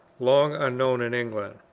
long unknown in england.